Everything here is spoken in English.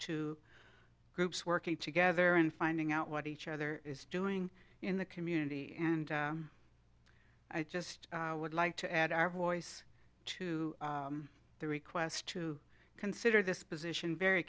to groups working together and finding out what each other is doing in the community and i just would like to add our voice to the request to consider this position very